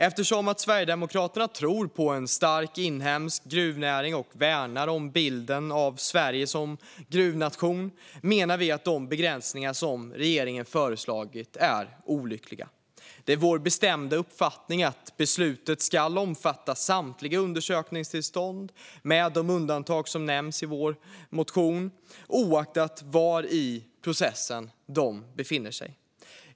Eftersom vi sverigedemokrater tror på en stark inhemsk gruvnäring och värnar om bilden av Sverige som gruvnation menar vi att de begränsningar som regeringen föreslagit är olyckliga. Det är vår bestämda uppfattning att beslutet ska omfatta samtliga undersökningstillstånd med de undantag som nämns i vår motion, oavsett var i processen de befinner sig.